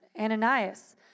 Ananias